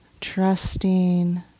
trusting